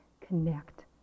connect